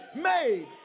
made